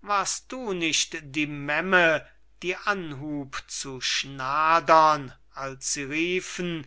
warst du nicht die memme die anhub zu schnadern als sie riefen